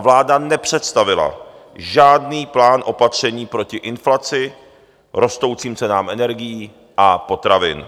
Vláda nepředstavila žádný plán opatření proti inflaci, rostoucím cenám energií a potravin.